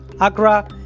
Accra